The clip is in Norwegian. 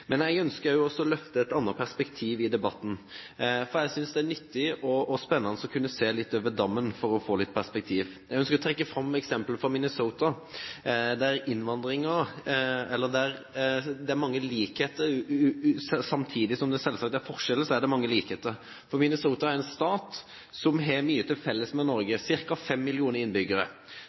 men en ser på det som en mulighet for å lykkes og har ikke en vinkling der en stigmatiserer grupper og velger den negative vinklingen. Det er viktig i debatten. Jeg ønsker å løfte et annet perspektiv i debatten, for jeg synes det er nyttig og spennende å kunne se litt over dammen for å få litt perspektiv. Jeg ønsker å trekke fram eksempler fra Minnesota, som har mange likheter med Norge, samtidig som det selvsagt er forskjeller. Minnesota er en stat som har mye til felles